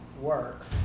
work